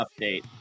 update